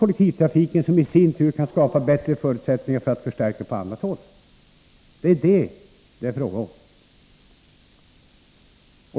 Ty detta kan i sin tur skapa förutsättningar för oss att förstärka kollektivtrafiken på annat håll. Det är detta det är fråga om.